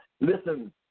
Listen